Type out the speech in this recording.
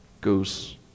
goes